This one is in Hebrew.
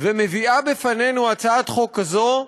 ומביאה בפנינו הצעת חוק כזאת,